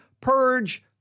purge